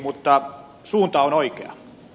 mutta suunta on oikea